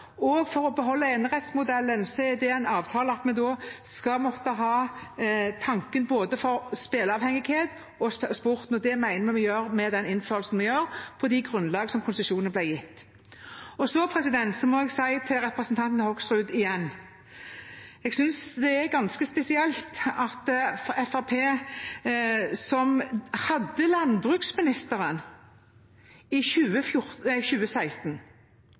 vi skal måtte ha tanker for både spilleavhengighet og sporten, og det mener vi at vi gjør med denne innførelsen, på det grunnlag som konsesjonen ble gitt. Så må jeg si til representanten Hoksrud igjen at jeg synes det er ganske spesielt at Fremskrittspartiet, som hadde landbruksministeren som behandlet konsesjonssøknaden i 2016